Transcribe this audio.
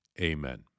Amen